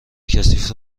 کثیف